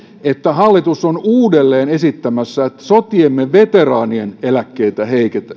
että hallitus on uudelleen esittämässä että sotiemme veteraanien eläkkeitä heikennetään